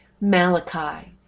Malachi